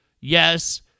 yes